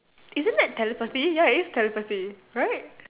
isn't that telepathy ya it is telepathy right